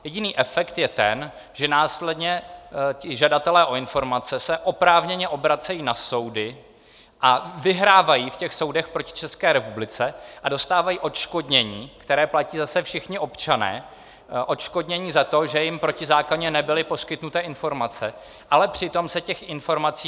Jediný efekt je ten, že následně žadatelé o informace se oprávněně obracejí na soudy a vyhrávají v těch soudech proti České republice a dostávají odškodnění, které platí zase všichni občané, odškodnění za to, že jim protizákonně nebyly poskytnuty informace, ale přitom se těch informací nedomůžou.